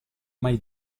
mai